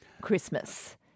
Christmas